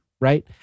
right